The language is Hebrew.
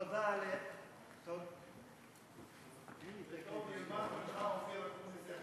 תודה, טוב שילמד ממך אופיר אקוניס איך